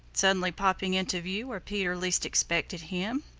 suddenly popping into view where peter least expected him.